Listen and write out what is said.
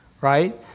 right